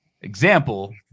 example